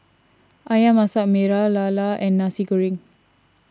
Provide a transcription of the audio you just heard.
Ayam Masak Merah Lala and Nasi Goreng